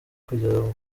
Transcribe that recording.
kugera